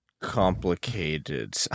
complicated